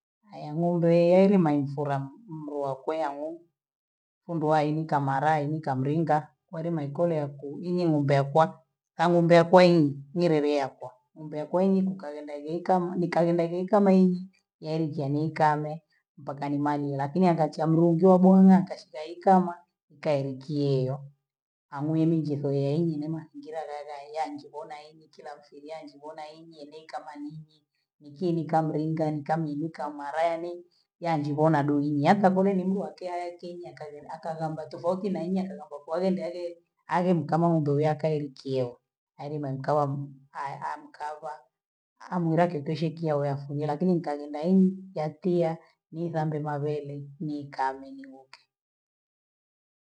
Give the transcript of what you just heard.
Haya ng'ombe heri mwamfula mlwakwa yane, fumbua hii nkamala hi nka mlinga kweli maikole yaku ninyi mdakwa hawa ng'ombe wakwayi ni Nyerere yakwa, ng'ombe hakwai kukalenda geitama, nkalenda geikama yinyi yankya niikame mpaka nimale lakini akachamlingia bwana akashika ikama nka ekyeyo amui nimzifa yaenyinima ngila ghabaye yanjibhona enyi kila mfilia yanjibhona enyi ende kama nyinyi, nikiimika mlinga nikamiimika amalale yanjibhona duni akafoli nimluakeakenyi akabhona akavamba tofauti na enye akavamba kwa hiyo nde ale ale nkama ng'ombe waka ilikioaili ni mkava amkava amuleke keshekea wafu lakini nkaenda enyi tatia ni hambo mavele ni kami livoke.